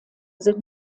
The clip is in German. sind